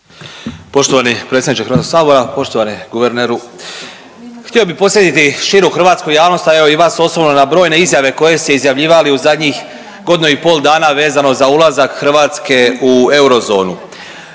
Poštovani predsjedniče Hrvatskog sabora, poštovani guverneru. Htio bih podsjetiti širu hrvatsku javnost, a evo i vas osobno na brojne izjave koje ste izjavljivali u zadnjih godinu i pol dana vezano za ulazak Hrvatske u eurozonu.